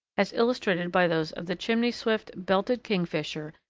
as illustrated by those of the chimney swift, belted kingfisher,